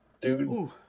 Dude